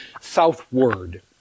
southward